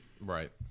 right